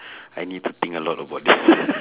I need to think a lot about this